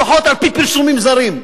לפחות על-פי פרסומים זרים.